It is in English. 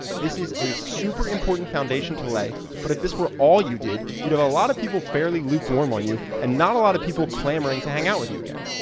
this is a super important foundation to lay but if this were all you did, you know a lot of people are fairly lukewarm on you and not a lot of people clamouring to hang out with you again.